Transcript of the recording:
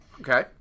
Okay